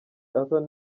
arthur